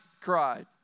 Cried